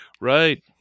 Right